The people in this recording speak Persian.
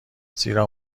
زیرا